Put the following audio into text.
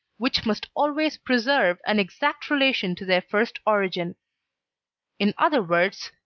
which must always preserve an exact relation to their first origin in other words,